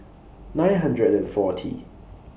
nine hundred and forty